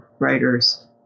writers